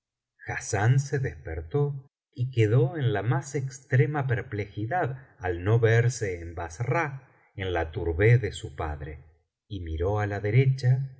hassán se despertó y quedó en la más extrema perplejidad al no verse en bassra en la tourheh dé su padre y miró á la derecha